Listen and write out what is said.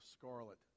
scarlet